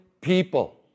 people